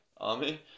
army